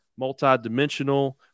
multidimensional